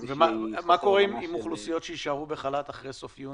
מה קורה עם אוכלוסיות שיישארו בחל"ת אחרי סוף יוני?